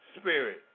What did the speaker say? spirit